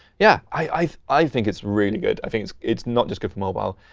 yeah. i i think it's really good. i think it's it's not just good for mobile,